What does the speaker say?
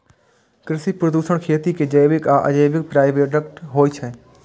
कृषि प्रदूषण खेती के जैविक आ अजैविक बाइप्रोडक्ट होइ छै